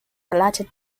alerted